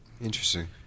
Interesting